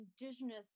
Indigenous